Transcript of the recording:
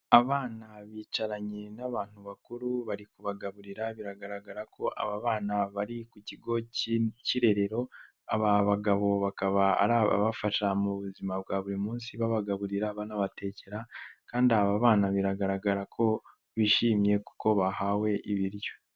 Abana bicaranye n'abantu bakuru bari kubagaburira, biragaragara ko aba bana bari ku kigo cy'irero, aba bagabo bakaba ari ababafasha mu buzima bwa buri munsi babagaburira, banabatekera kandi aba bana biragaragara ko bishimye kuko bahawe ibiryo.